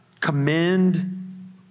commend